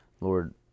Lord